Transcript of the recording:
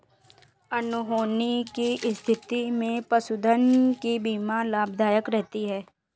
अनहोनी की स्थिति में पशुधन की बीमा लाभदायक रहती है